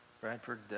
Bradford